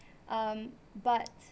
um but